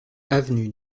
avenue